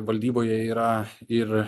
valdyboje yra ir